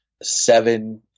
seven